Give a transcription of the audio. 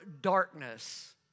darkness